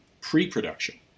pre-production